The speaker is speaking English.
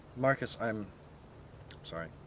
marcus i'm. i'm sorry.